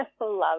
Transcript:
Love